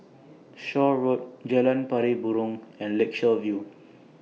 Shaw Road Jalan Pari Burong and Lakeshore View